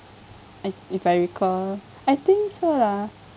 I if I recall I think so lah